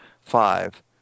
five